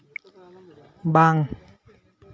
ᱵᱟᱝ